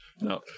No